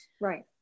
right